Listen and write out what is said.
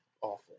awful